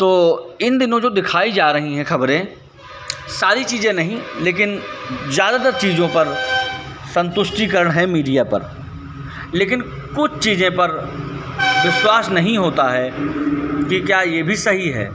तो इन दिनों जो दिखाई जा रही हैं खबरें सारी चीज़ें नहीं लेकिन ज़्यादातर चीज़ों पर संतुष्टिकरण है मीडिया पर लेकिन कुछ चीज़ें पर विश्वास नहीं होता है कि क्या ये भी सही है